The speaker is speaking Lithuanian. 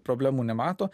problemų nemato